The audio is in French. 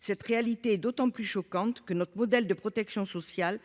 Cette réalité est d’autant plus choquante que notre modèle de protection sociale